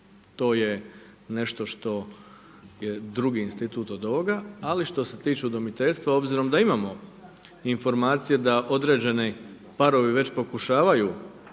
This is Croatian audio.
To je nešto što je drugi institut od ovoga, ali što se tiče udomiteljstva s obzirom da imamo informacije da određeni parovi već pokušavaju